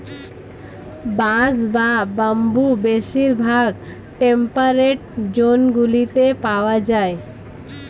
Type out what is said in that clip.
বাঁশ বা বাম্বু বেশিরভাগ টেম্পারেট জোনগুলিতে পাওয়া যায়